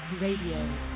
Radio